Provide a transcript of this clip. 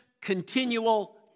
continual